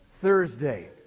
Thursday